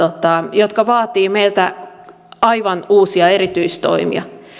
jotka vaativat meiltä aivan uusia erityistoimia